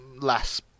less